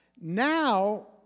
Now